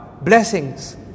Blessings